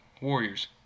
Warriors